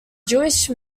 jewish